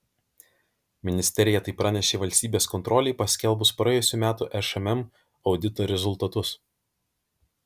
ministerija tai pranešė valstybės kontrolei paskelbus praėjusių metų šmm audito rezultatus